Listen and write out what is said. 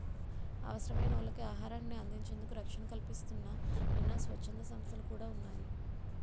అవసరమైనోళ్ళకి ఆహారాన్ని అందించేందుకు రక్షణ కల్పిస్తూన్న ఎన్నో స్వచ్ఛంద సంస్థలు కూడా ఉన్నాయి